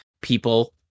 people